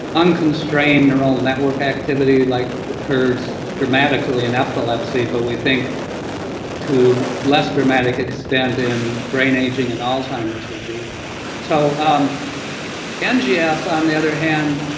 unconstrained neural network activity like occurs dramatically in epilepsy but we think to less dramatic extent in brain aging in and alzheimer's disease so um and yeah ngf on the other hand,